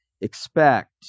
expect